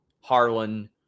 Harlan